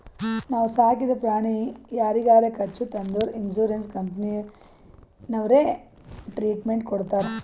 ನಾವು ಸಾಕಿದ ಪ್ರಾಣಿ ಯಾರಿಗಾರೆ ಕಚ್ಚುತ್ ಅಂದುರ್ ಇನ್ಸೂರೆನ್ಸ್ ಕಂಪನಿನವ್ರೆ ಟ್ರೀಟ್ಮೆಂಟ್ ಕೊಡ್ತಾರ್